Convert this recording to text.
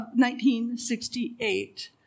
1968